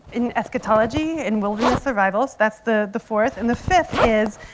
in eschatology, in wilderness survival. that's the the fourth. and the fifth is,